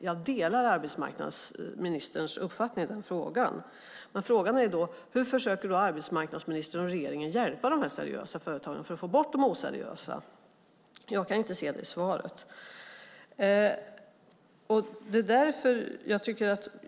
Jag delar arbetsmarknadsministerns uppfattning i den frågan. Men frågan är då: Hur försöker arbetsmarknadsministern och regeringen att hjälpa dessa seriösa företag för att få bort de oseriösa? Jag kan inte se något om detta i svaret.